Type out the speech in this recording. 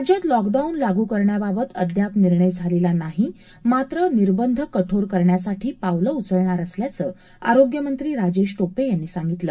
राज्यात लॉकडाऊन लागू करण्याबाबत अद्याप निर्णय झालेला नाही मात्र निर्बध कठोर करण्यासाठी पावलं उचणार असल्याचं आरोग्यमंत्री राजेश टोपे यांनी सांगितलं